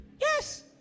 yes